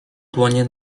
dłonie